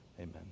Amen